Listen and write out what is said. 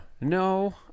no